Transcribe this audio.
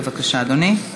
בבקשה, אדוני.